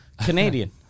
Canadian